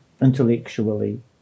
intellectually